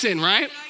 right